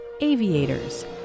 aviators